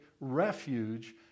refuge